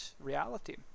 reality